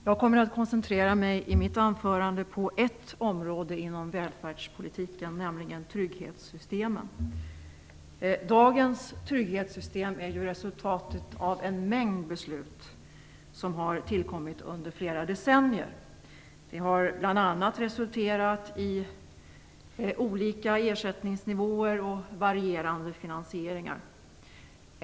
Fru talman! Jag kommer i mitt anförande att koncentrera mig på ett område inom välfärdspolitiken, nämligen trygghetssystemen. Dagens trygghetssystem är resultatet av en mängd beslut, som har tillkommit under flera decennier. Det har bl.a. resulterat i olika ersättningsnivåer och varierande finansieringar.